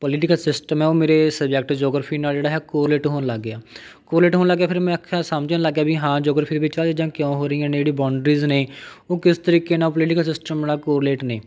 political system ਹੈ ਉਹ ਮੇਰੇ ਸਬਜੈਕਟ ਜੋਗਰਾਫ਼ੀ ਨਾਲ ਜਿਹੜਾ ਹੈ ਕੋਲੇਟ ਹੋਣ ਲੱਗ ਗਿਆ ਕੋਲੇਟ ਹੋਣ ਲੱਗ ਗਿਆ ਫਿਰ ਮੈਂ ਆਖਿਆ ਸਮਝਣ ਲੱਗ ਗਿਆ ਵੀ ਹਾਂ ਜੋਗਰਾਫ਼ੀ ਵਿੱਚ ਆਹ ਚੀਜ਼ਾਂ ਕਿਉਂ ਹੋ ਰਹੀਆਂ ਨੇ ਜਿਹੜੀਆਂ ਬੌਂਡਰੀਜ਼ ਨੇ ਉਹ ਕਿਸ ਤਰੀਕੇ ਨਾਲ ਉਹ ਪੋਲੀਟੀਕਲ ਸਿਸਟਮ ਨਾਲ ਕੋਲੇਟ ਨੇ